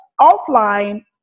offline